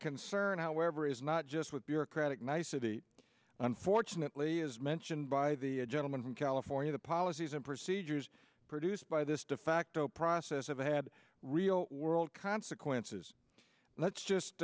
concern however is not just with bureaucratic niceties unfortunately as mentioned by the gentleman from california the policies and procedures produced by this defacto process have had real world consequences let's just